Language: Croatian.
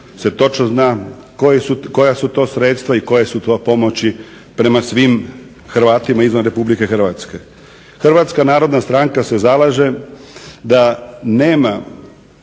se točno zna koja su to sredstva i koje su to pomoći prema svim Hrvatima izvan Republike Hrvatske. Hrvatska narodna stranka se zalaže da nema